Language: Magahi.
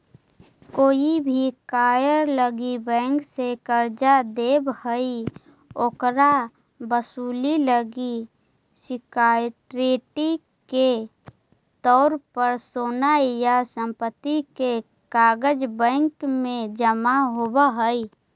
कोई भी कार्य लागी बैंक जे कर्ज देव हइ, ओकर वसूली लागी सिक्योरिटी के तौर पर सोना या संपत्ति के कागज़ बैंक में जमा होव हइ